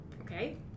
Okay